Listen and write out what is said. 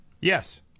Yes